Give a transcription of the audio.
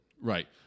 right